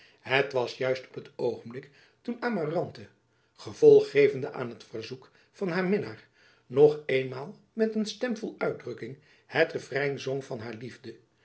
het was juist op het oogenblik toen amarante gevolg gevende aan het verzoek van haar minnaar nog eenmaal met een stem vol uitdrukking het referein zong van haar lied